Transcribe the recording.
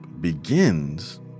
begins